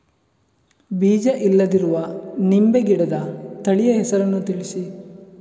ಬೀಜ ಇಲ್ಲದಿರುವ ನಿಂಬೆ ಗಿಡದ ತಳಿಯ ಹೆಸರನ್ನು ತಿಳಿಸಿ?